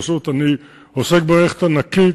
פשוט אני עוסק במערכת ענקית